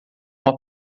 uma